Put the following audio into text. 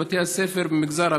בבתי הספר במגזר הבדואי.